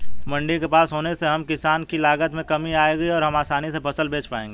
मंडी के पास होने से हम किसान की लागत में कमी आएगी और हम आसानी से फसल बेच पाएंगे